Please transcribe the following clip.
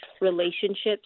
relationships